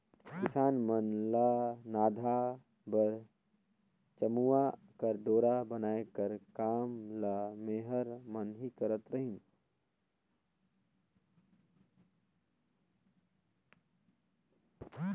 किसान मन ल नाधा बर चमउा कर डोरा बनाए कर काम ल मेहर मन ही करत रहिन